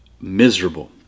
miserable